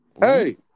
Hey